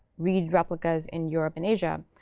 read replicas in europe and asia,